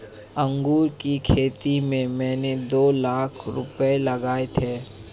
अंगूर की खेती में मैंने दो लाख रुपए लगाए थे